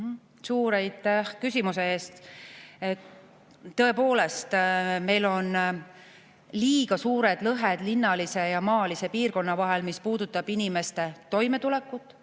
Suur aitäh küsimuse eest! Tõepoolest, meil on liiga suured lõhed linnalise ja maalise piirkonna vahel, mis puudutab inimeste toimetulekut.